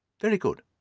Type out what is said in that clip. very good.